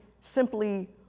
simply